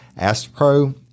AstroPro